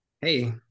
Hey